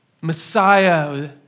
Messiah